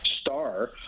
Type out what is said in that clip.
star